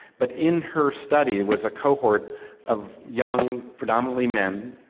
but in her study was a cohort of young predominantly men,